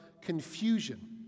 confusion